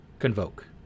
convoke